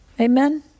Amen